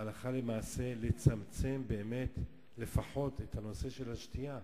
הלכה למעשה, לצמצם לפחות את הנושא של השתייה.